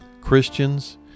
Christians